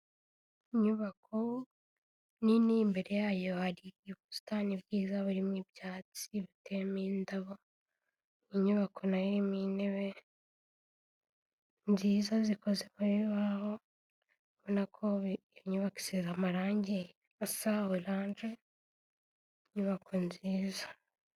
Inyubako nini imbere yayo hari ubusitani bwiza burimo ibyatsi biteme indabo, inyubako nayo irimo intebe nziza zikoze mu bibaho ubona ko iyo nyubako isize amarangi asa oranje, inyubako nziza.